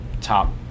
top